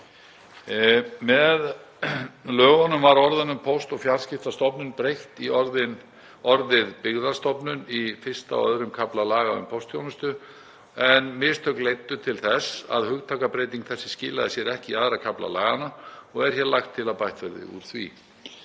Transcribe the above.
Með lögunum var orðunum „Póst- og fjarskiptastofnun“ breytt í orðið „Byggðastofnun“ í I. og II. kafla laga um póstþjónustu en mistök leiddu til þess að hugtakabreyting þessi skilaði sér ekki í aðra kafla laganna og er hér lagt til að bætt verði úr því.